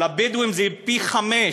אצל הבדואים זה פי-חמישה,